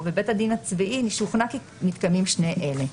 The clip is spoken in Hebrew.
ובית הדין הצבאי שוכנע כי מתקיימים שני אלה.